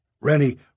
Rennie